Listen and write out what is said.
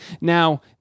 now